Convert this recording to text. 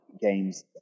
games